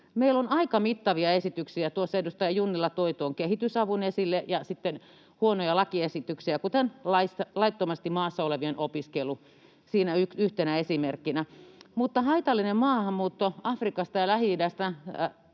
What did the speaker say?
Meillä on aika mittavia esityksiä. Tuossa edustaja Junnila toi tuon kehitysavun esille, ja sitten on osoitettu huonoja lakiesityksiä, kuten laittomasti maassa olevien opiskelu siitä yhtenä esimerkkinä. Mutta haitallinen maahanmuutto Afrikasta ja Lähi-idästä